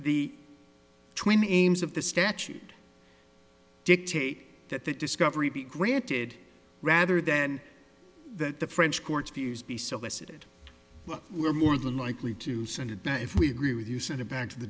the twin aims of the statute dictate that that discovery be granted rather then that the french court's views be solicited we're more than likely to send it back if we agree with you send it back to the